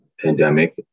pandemic